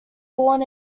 born